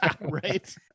Right